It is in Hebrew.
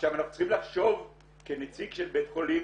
אנחנו צריכים לחשוב כנציג של בית חולים